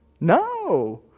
No